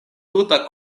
tuta